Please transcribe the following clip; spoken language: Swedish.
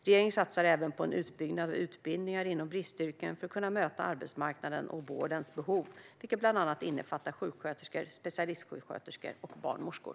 Regeringen satsar även på en utbyggnad av utbildningar inom bristyrken för att kunna möta arbetsmarknadens och vårdens behov, vilket bland annat innefattar sjuksköterskor, specialistsjuksköterskor och barnmorskor.